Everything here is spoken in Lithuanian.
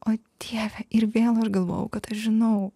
o dieve ir vėl aš galvojau kad žinau